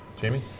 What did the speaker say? Jamie